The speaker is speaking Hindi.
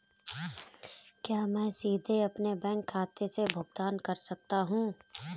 क्या मैं सीधे अपने बैंक खाते से भुगतान कर सकता हूं?